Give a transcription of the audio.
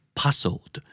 puzzled